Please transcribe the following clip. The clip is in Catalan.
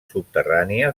subterrània